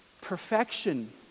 perfection